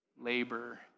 labor